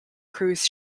cruise